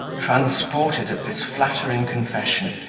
transported at this flattering confession,